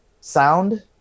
sound